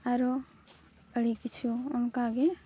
ᱟᱨᱚ ᱟᱹᱰᱤ ᱠᱤᱪᱷᱩ ᱚᱱᱠᱟ ᱜᱮ